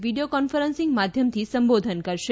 video conferencing માધ્યમથી સંબોધન કરશે